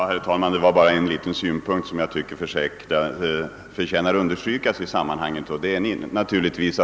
Herr talman! Det var bara ytterligare en synpunkt som jag tycker förtjänar att understrykas i sammanhanget.